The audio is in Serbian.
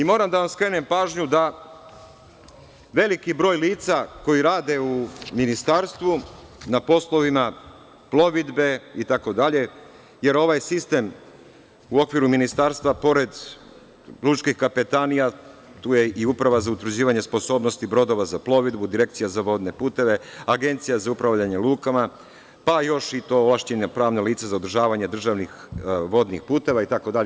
Moram da vam skrenem pažnju da veliki broj lica koja rade u ministarstvu na poslovima plovidbe i slično, jer ovaj sistem u okviru ministarstva pored Lučke kapetanije tu je i Uprava za utvrđivanje sposobnosti brodova za plovidbu, Direkcija za vodne puteve, Agencija za upravljanje lukama, pa još i to ovlašćena pravna lica za održavanje državnih vodnih puteva itd.